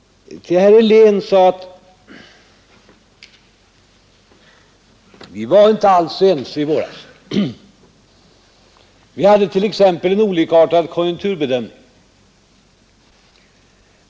Herr Helén sade att vi inte alls var ense i våras; vi hade t.ex. en olikartad konjunkturbedömning.